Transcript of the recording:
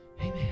Amen